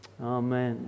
Amen